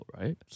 right